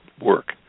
work